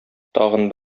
тагын